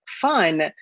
fun